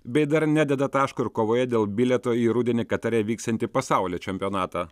bei dar nededa taško ir kovoje dėl bilieto į rudenį katare vyksiantį pasaulio čempionatą